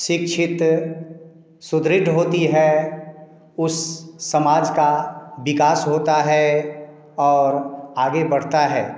शिक्षित सुदृढ़ होती है उस समाज का विकास होता है और आगे बढ़ता है